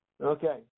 Okay